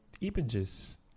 images